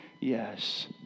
Yes